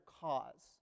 cause